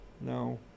No